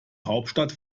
hauptstadt